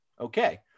Okay